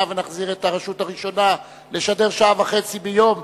ונחזיר את הרשות הראשונה לשדר שעה וחצי ביום,